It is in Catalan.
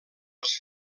els